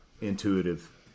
intuitive